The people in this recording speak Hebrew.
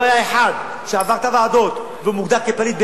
לא היה אחד שעבר את הוועדות ומוגדר פליט,